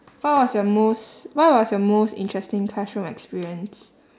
what was your most what was your most interesting classroom experience